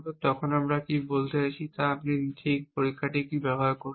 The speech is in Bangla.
যখন আমরা কি বলতে চাইছি যে আপনি পরীক্ষাটি কী ব্যবহার করবেন